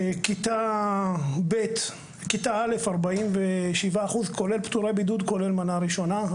כיתה א' 41% כולל פטורי בידוד, כולל מנה ראשונה.